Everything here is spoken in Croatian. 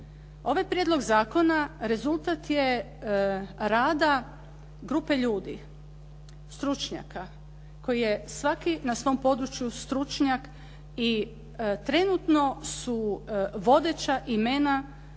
Ovaj prijedlog zakona rezultat je rada grupe ljudi, stručnjaka koji je svaki na svom području stručnjak i trenutno su vodeća imena u